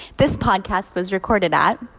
this podcast was recorded at.